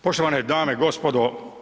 Poštovane dame i gospodo.